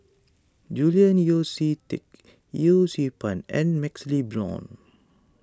Julian Yeo See Teck Yee Siew Pun and MaxLe Blond